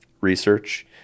research